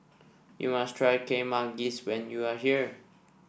you must try Kuih Manggis when you are here